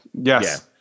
Yes